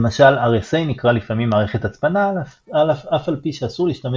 למשל RSA נקרא לפעמים מערכת הצפנה אף על פי שאסור להשתמש